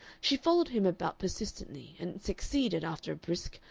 she followed him about persistently, and succeeded, after a brisk,